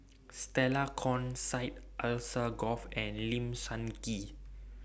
Stella Kon Syed Alsagoff and Lim Sun Gee